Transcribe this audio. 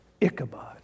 Ichabod